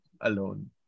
alone